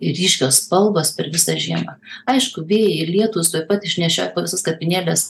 ryškios spalvos per visą žiemą aišku vėjai ir lietūs tuoj pat išnešioja po visas kapinėles